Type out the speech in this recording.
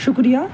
شکریہ